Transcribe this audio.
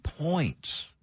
points